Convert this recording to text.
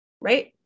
right